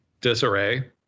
disarray